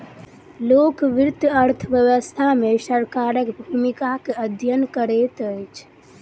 लोक वित्त अर्थ व्यवस्था मे सरकारक भूमिकाक अध्ययन करैत अछि